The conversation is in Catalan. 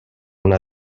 una